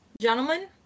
gentlemen